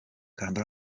kanda